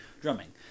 drumming